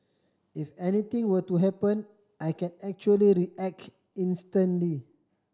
if anything were to happen I can actually react instantly